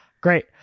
Great